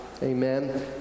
Amen